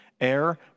air